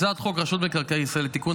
הצעת חוק רשות מקרקעי ישראל (תיקון,